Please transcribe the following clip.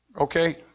okay